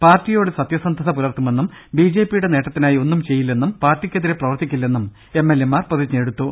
പാർട്ടിയോട് സത്യസന്ധത പുലർത്തുമെന്നും ബിജെപിയുടെ നേട്ട ത്തിനായി ഒന്നും ചെയ്യില്ലെന്നും പാർട്ടിക്കെതിരെ പ്രവർത്തിക്കി ല്ലെന്നും എംഎൽഎമാർ പ്രതിജ്ഞയെടുത്തു